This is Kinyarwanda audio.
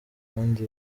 kandi